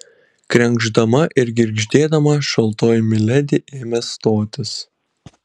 krenkšdama ir girgždėdama šaltoji miledi ėmė stotis